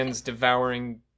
devouring